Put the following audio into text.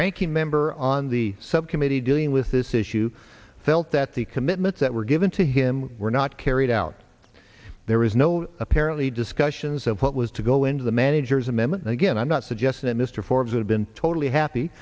ranking member on the subcommittee dealing with this issue felt that the commitments that were given to him were not carried out there was no apparently discussions of what was to go into the manager's amendment again i'm not suggesting that mr forbes had been totally happy